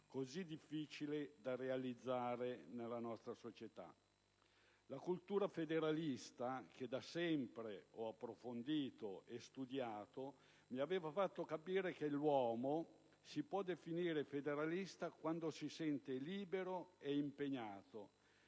così difficile da realizzare nella nostra società. La cultura federalista, che da sempre ho approfondito e studiato, mi ha fatto capire che l'uomo si può definire federalista quando si sente libero e impegnato,